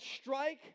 strike